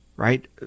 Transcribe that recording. Right